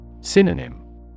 Synonym